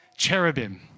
cherubim